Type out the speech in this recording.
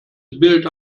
bild